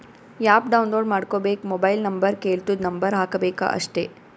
app download ಮಾಡ್ಕೋಬೇಕ್ mobile number ಕೆಳ್ತುದ್ number ಹಾಕಬೇಕ ಅಷ್ಟೇ